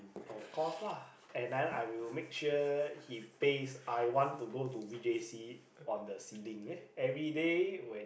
of course lah and then I will make sure he paste I want to go to v_j_c on the ceiling ya everyday when